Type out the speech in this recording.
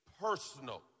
personal